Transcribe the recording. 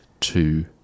two